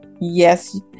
yes